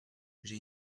j’ai